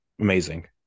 amazing